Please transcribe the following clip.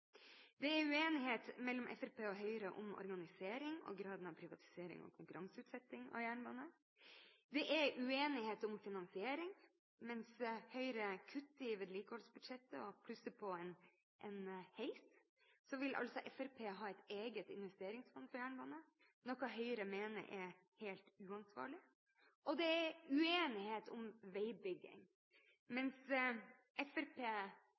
Det er uenighet mellom Fremskrittspartiet og Høyre om organisering og graden av privatisering og konkurranseutsetting av jernbane. Det er uenighet om finansiering: Mens Høyre kutter i vedlikeholdsbudsjettet og plusser på en heis, vil Fremskrittspartiet ha et eget investeringsfond for jernbane, noe Høyre mener er helt uansvarlig. Og det er uenighet om veibygging: